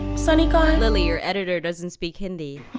sunny kaha hai? lilly, your editor doesn't speak hindi.